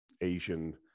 Asian